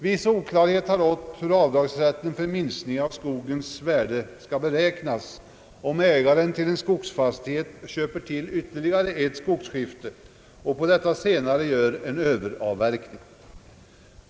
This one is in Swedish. Viss oklarhet har rått om hur avdragsrätten för minskningen av skogens värde skall beräknas, om ägaren till en skogsfastighet köper till ytterligare ett skogsskifte och på detta senare gör en överavverkning.